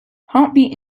heartbeat